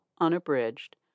Unabridged